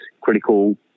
critical